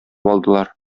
алдылар